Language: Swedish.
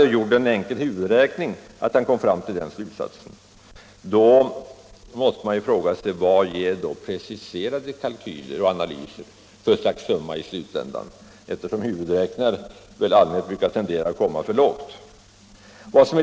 Han sade att en enkel huvudräkning ledde fram till slutsatsen. Man måste — speciellt eftersom huvudräkningar tenderar att komma för lågt — fråga sig: Vad ger preciserade kalkyler och analyser för summa i slutänden?